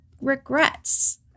regrets